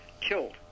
killed